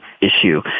issue